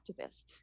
activists